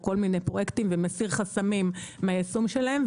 כל מיני פרויקטים ומסיר חסמים מהיישום שלהם,